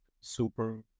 super